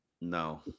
No